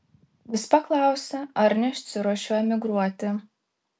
vis paklausia ar nesiruošiu emigruoti